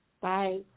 Bye